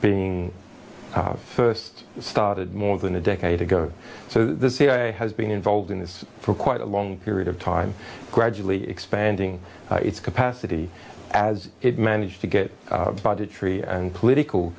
being first started more than a decade ago so the cia has been involved in this for quite a long period of time gradually expanding its capacity as it managed to get body tree and political